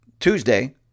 Tuesday